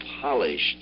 polished